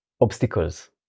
obstacles